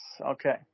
Okay